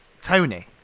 Tony